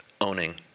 owning